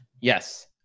Yes